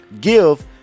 give